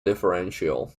differential